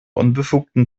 unbefugten